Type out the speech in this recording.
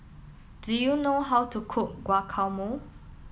do you know how to cook Guacamole